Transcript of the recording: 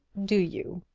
do you?